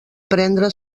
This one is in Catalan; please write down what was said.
prendre